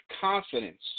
confidence